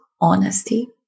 honesty